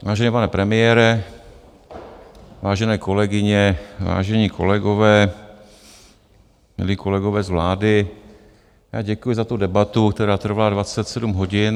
Vážený pane premiére, vážené kolegyně, vážení kolegové, milí kolegové z vlády, děkuji za tu debatu, která trvá 27 hodin.